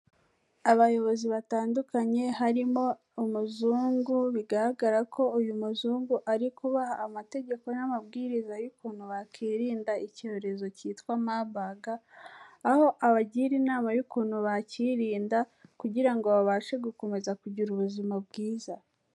Abayobozi batandukanye harimo umuzungu, bigaragara ko uyu muzungu ari kubaha amategeko n'amabwiriza y'ukuntu bakirinda icyorezo cyitwa Marburg, aho abagira inama y'ukuntu bakirinda kugira ngo babashe gukomeza kugira ubuzima bwiza.